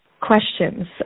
questions